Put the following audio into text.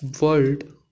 world